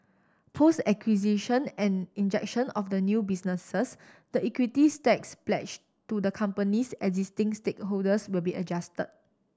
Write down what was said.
post acquisition and injection of the new businesses the equity stakes pledged to the company's existing stakeholders will be adjusted